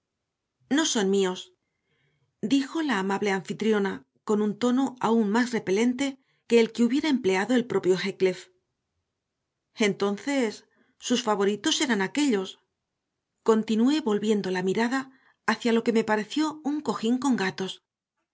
no son míos dijo la amableanfitriona con un tono aún más repelente que el que hubiera empleado el propio heathcliff entonces sus favoritos serán aquellos continué volviendo la mirada hacia lo que me pareció un cojín con gatos